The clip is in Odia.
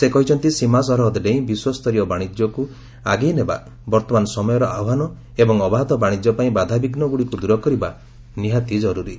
ସେ କହିଛନ୍ତି ସୀମା ସରହଦ ଡେଇଁ ବିଶ୍ୱସ୍ତରୀୟ ବାଶିଜ୍ୟକୁ ଆଗେଇ ନେବା ବର୍ତ୍ତମାନ ସମୟର ଆହ୍ୱାନ ଏବଂ ଅବାଧ ବାଣିଜ୍ୟ ପାଇଁ ବାଧାବିଘ୍ନଗୁଡ଼ିକୁ ଦୂରକରିବା ନିହାତି କରୁରୀ